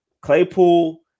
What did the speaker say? Claypool